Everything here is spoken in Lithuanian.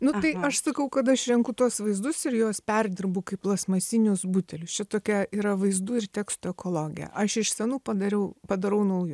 nu tai aš sakau kad aš renku tuos vaizdus ir juos perdirbu kaip plastmasinius butelius čia tokia yra vaizdų ir teksto ekologija aš iš senų padariau padarau naujus